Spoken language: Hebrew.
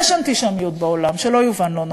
יש אנטישמיות בעולם, שלא יובן לא נכון.